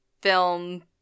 film